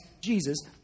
Jesus